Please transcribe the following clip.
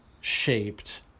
shaped